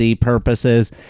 purposes